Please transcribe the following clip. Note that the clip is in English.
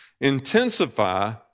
intensify